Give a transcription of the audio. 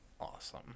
awesome